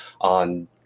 on